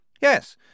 Yes